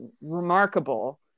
remarkable